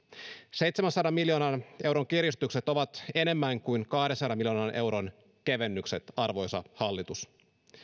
seitsemänsadan miljoonan euron kiristykset ovat enemmän kuin kahdensadan miljoonan euron kevennykset arvoisa hallitus